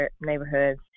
neighborhoods